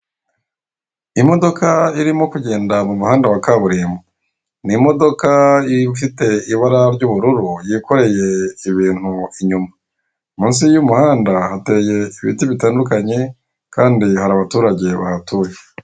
Imodoka irimo kugenda mu muhanda wa kaburimbo ni imodoka ifite ibara ry'ubururu yikoreye ibintu inyuma, munsi y'umuhanda hateye ibiti bitandukanye kandi hari abaturage bahatuye.